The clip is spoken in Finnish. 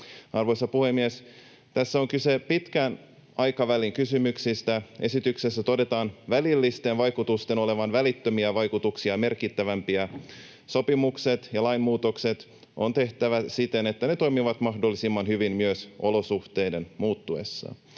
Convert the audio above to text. Arvoisa puhemies! Tässä on kyse pitkän aikavälin kysymyksistä. Esityksessä todetaan välillisten vaikutusten olevan välittömiä vaikutuksia merkittävämpiä. Sopimukset ja lainmuutokset on tehtävä siten, että ne toimivat mahdollisimman hyvin myös olosuhteiden muuttuessa.